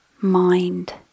mind